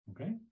Okay